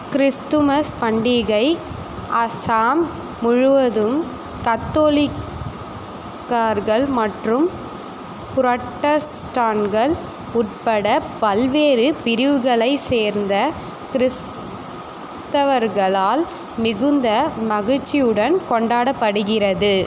Christmas பண்டிகை அஸாம் முழுவதும் கத்தொலிக்கார்கள் மற்றும் ப்ரொட்டஸ்டான்கள் உட்பட பல்வேறு பிரிவுகளை சேர்ந்த கிறிஸ்தவர்களால் மிகுந்த மகிழ்ச்சியுடன் கொண்டாடப்படுகிறது